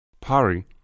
Pari